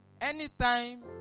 Anytime